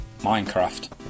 Minecraft